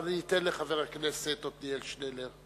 אבל אני אתן לחבר הכנסת עתניאל שנלר.